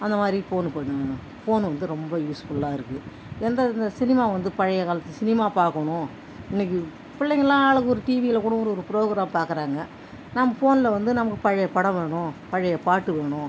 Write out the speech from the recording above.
அந்தமாதிரி ஃபோனு பண்ணு ஃபோன் வந்து ரொம்ப யூஸ் ஃபுல்லாக இருக்குது எந்தந்த சினிமா வந்து பழைய காலத்து சினிமா பார்க்கணும் இன்றைக்கு பிள்ளங்களாம் ஆளுக்கு ஒரு டிவியில் கூட ஒரு ஒரு ப்ரோகிராம் பார்க்கறாங்க நம்ம ஃபோனில் வந்து நமக்கு பழைய படம் வேணும் பழைய பாட்டு வேணும்